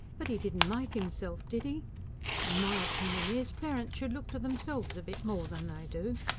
but he didn't make imself, did e and my opinion is, parents should look to themselves a bit more than they do.